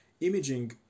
imaging